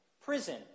prison